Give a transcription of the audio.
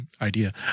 idea